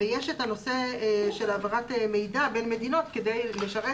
ויש את נושא העברת מידע בין מדינות כדי לשרת